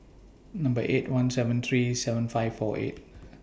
Number eight one seven three seven five four eight